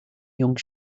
young